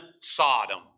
Sodom